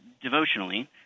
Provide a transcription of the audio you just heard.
devotionally